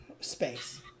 space